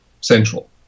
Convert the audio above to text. central